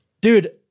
Dude